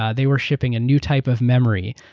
ah they were shipping a new type of memory.